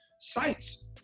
sites